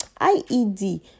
IED